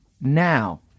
now